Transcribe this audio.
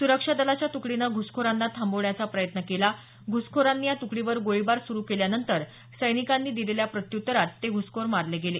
सुरक्षा दलाच्या तुकडीनं घुसखोरांना थांबवण्याचा प्रयत्न केला घुसखोरांनी या तुकडीवर गोळीबार सुरू केल्यानंतर सैनिकांनी दिलेल्या प्रत्युत्तरात हे घुसखोर मारले गेले